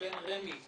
בין רמ"י לקבלן,